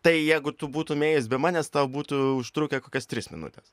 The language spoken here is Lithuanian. tai jeigu tu būtum ėjus be manęs tau būtų užtrukę kokias tris minutes